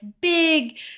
big